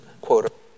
quote